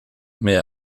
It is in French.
mais